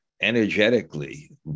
energetically